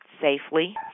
safely